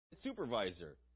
supervisor